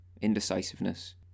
indecisiveness